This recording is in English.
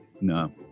No